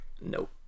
Nope